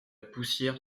poussière